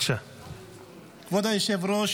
כבוד היושב-ראש,